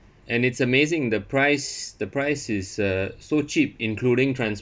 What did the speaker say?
and it's amazing the price the price is uh so cheap including transport